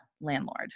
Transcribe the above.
landlord